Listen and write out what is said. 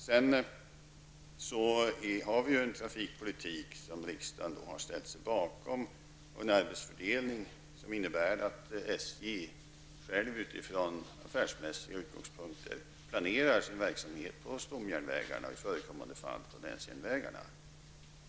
Vi har en trafikpolitik som riksdagen har ställt sig bakom och en arbetsfördelning som innebär att SJ utifrån affärsmässiga utgångspunkter planerar sin verksamhet på stomjärnvägarna och i förekommande fall på länsjärnvägarna.